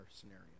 scenario